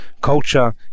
Culture